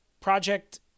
Project